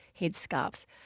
headscarves